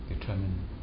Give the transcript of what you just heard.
Determine